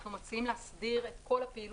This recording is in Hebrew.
אנחנו מציעים להסדיר את כל הפעילות